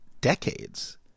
decades